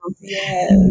Yes